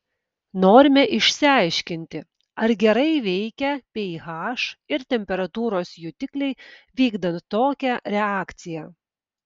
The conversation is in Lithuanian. norime išsiaiškinti ar gerai veikia ph ir temperatūros jutikliai vykdant tokią reakciją